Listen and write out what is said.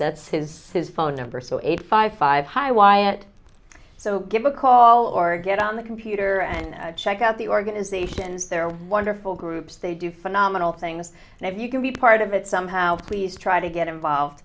that's his his phone number so eight five five hi wyatt so give a call or get on the computer and check out the organizations there are wonderful groups they do phenomenal things and if you can be part of it somehow please try to get